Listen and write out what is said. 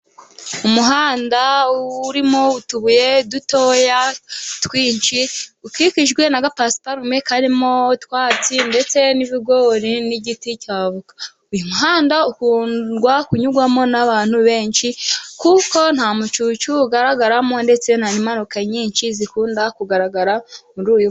Umuhanda urimo utubuye dutoya twinshi, ukikijwe n'agapasuparume karimo utwatsi ndetse n'ibigori n'igiti cya avoka. Uyu muhanda ukundwa kunyurwamo n'abantu benshi kuko nta mucucu ugaragaramo, ndetse nta n'impanuka nyinshi zikunda kugaragara muri uyu muhanda.